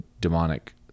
demonic